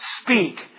speak